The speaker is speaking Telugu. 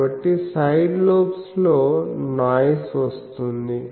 కాబట్టి సైడ్ లోబ్స్లో నాయిస్ వస్తుంది